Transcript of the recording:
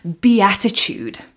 beatitude